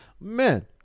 Man